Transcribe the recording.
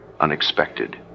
unexpected